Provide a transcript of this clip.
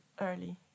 early